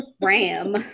ram